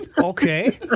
Okay